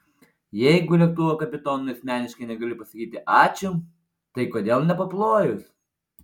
jeigu lėktuvo kapitonui asmeniškai negali pasakyti ačiū tai kodėl nepaplojus